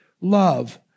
love